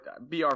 BR